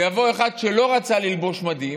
ויבוא אחד שלא רצה ללבוש מדים,